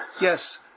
Yes